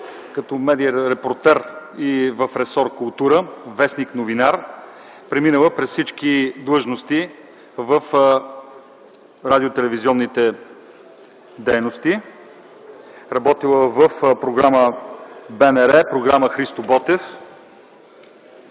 като медиен репортер и в ресор „Култура”, в.”Новинар”. Преминала е през всички длъжности в радио-телевизионните дейности. Работила е в програма „БНР”, програма „Христо Ботев”.